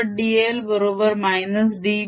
dl बरोबर -dBdt